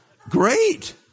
great